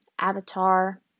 avatar